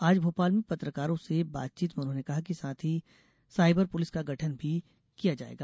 आज भोपाल में पत्रकारों से बातचीत में उन्होंने कहा कि साथ ही साइबर पुलिस का गठन भी किया जा रहा है